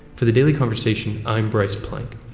for the daily conversation, i'm bryce plank.